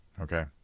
okay